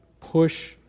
push